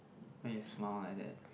why you smile like that